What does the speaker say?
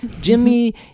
Jimmy